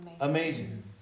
Amazing